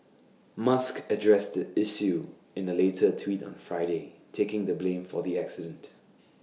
musk addressed the issue in A later tweet on Friday taking the blame for the accident